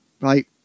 right